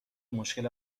مشکل